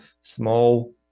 small